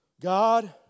God